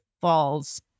falls